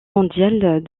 mondiale